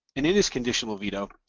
and in this conditional veto,